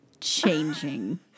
changing